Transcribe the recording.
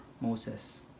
Moses